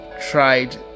tried